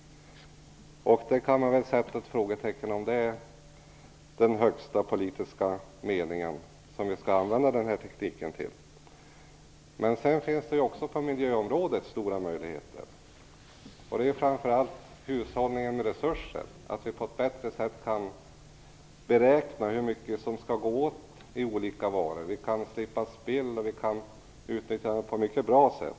Man kan väl sätta ett frågetecken för om det är den högsta politiska meningen att vi skall använda den här tekniken på det sättet. Sedan finns stora möjligheter på miljöområdet. Det gäller framför allt att vi på ett bättre sätt kan hushålla med resurser, beräkna hur mycket som skall gå åt av olika varor. Vi kan slippa spill och vi kan utnyttja tekniken på ett mycket bra sätt.